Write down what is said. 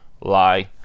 lie